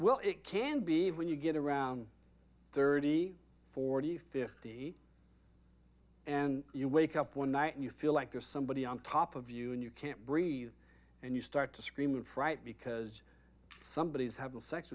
well it can be when you get around thirty forty fifty and you wake up one night and you feel like there's somebody on top of you and you can't breathe and you start to scream in fright because somebody is having sex